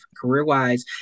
career-wise